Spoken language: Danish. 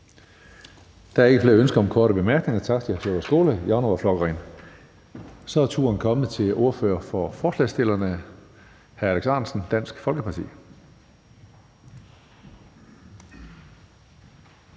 Der er ikke flere ønsker om korte bemærkninger. Tak til hr. Sjúrður Skaale, Javnaðarflokkurin. Så er turen kommet til ordføreren for forslagsstillerne, og det er hr. Alex Ahrendtsen, Dansk Folkeparti.